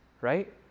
right